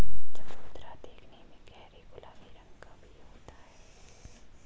चकोतरा देखने में गहरे गुलाबी रंग का भी होता है